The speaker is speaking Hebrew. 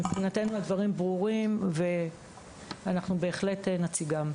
מבחינתנו הדברים ברורים, ואנחנו בהחלט נציגם.